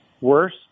worse